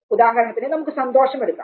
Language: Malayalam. ഉദാഹരണത്തിന് നമുക്ക് സന്തോഷം എടുക്കാം